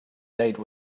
date